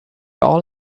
all